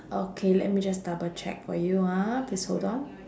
okay let me just double check for you ah please hold on